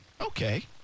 Okay